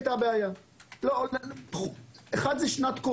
שיהיה תקף נגיד לחמש שנים,